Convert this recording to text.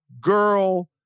girl